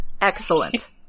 excellent